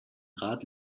rat